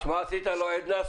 עשית לו עדנה,